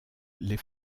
les